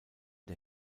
der